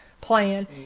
plan